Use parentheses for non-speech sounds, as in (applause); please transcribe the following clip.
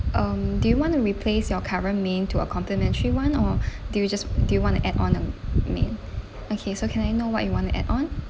um do you want to replace your current main to a complementary [one] or (breath) do you just do you want to add on a main okay so can I know what you want to add on